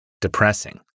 depressing